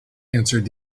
answered